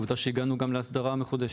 עובדה שהגענו גם להסדרה המחודשת.